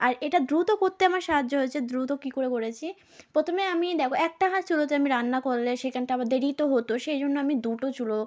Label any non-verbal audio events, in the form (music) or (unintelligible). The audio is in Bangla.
আর এটা দ্রুত করতে আমার সাহায্য হয়েছে দ্রুত কী করে করেছি প্রথমে আমি দেখো একটা (unintelligible) চুলোতে আমি রান্না করলে সেখানটা আবার দেরিই তো হতো সেই জন্য আমি দুটো চুলো